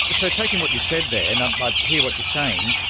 so taking what you've said there, and um i hear what you're saying,